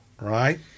Right